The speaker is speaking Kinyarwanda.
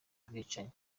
bwicanyi